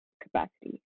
capacity